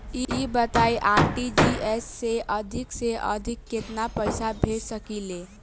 ई बताईं आर.टी.जी.एस से अधिक से अधिक केतना पइसा भेज सकिले?